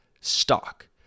stock